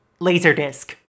laserdisc